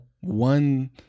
one